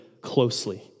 closely